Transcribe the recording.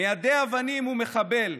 מיידה אבנים הוא מחבל,